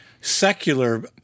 secular—